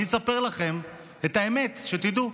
אני אספר לכם את האמת, שתדעו.